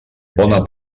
bona